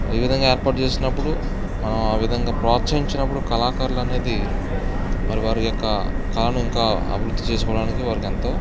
ఈ విధంగా ఏర్పాటు చేసినప్పుడు మనము ఆ విధంగా ప్రోత్సహించినప్పుడు కళాకారులు అనేది మరి వారి యొక్క కలనింకా అభివృద్ధి చేసుకోవడానికి వారికి ఎంతో